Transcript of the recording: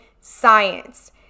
science